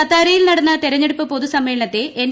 സത്താരയിൽ നടന്ന തെരഞ്ഞെടുപ്പ് പൊതു സമ്മേളനത്തെ എൻ